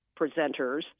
presenters